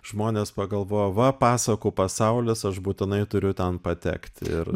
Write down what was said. žmonės pagalvoja va pasakų pasaulius aš būtinai turiu ten patekti ir